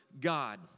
God